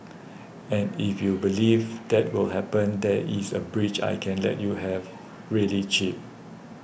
and if you believe that will happen there is a bridge I can let you have really cheap